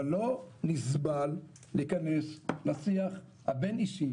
אבל לא נסבל להיכנס לשיח הבין-אישי